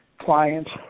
clients